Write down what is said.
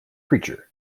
preacher